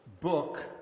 book